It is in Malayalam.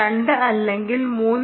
2 അല്ലെങ്കിൽ 3